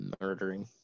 murdering